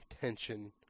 tension